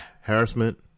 harassment